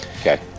okay